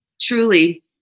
truly